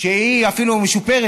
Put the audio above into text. שהיא אפילו משופרת,